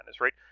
right